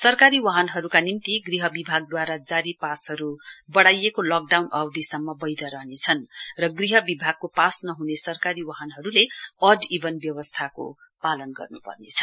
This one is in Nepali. सरकारी वाहनहरूका निम्ति गृह विभागद्वारा जारी पासहरू बढाईएको छ लकडाउन अवधिसम्म वैध रहनेछन् र गृह विभागको पास नह्ने सरकारी वाहनहरूको अड ईभन व्यवस्थाको पालन गर्न्पर्नेछ